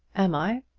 am i?